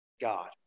God